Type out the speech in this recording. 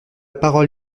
parole